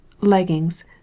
leggings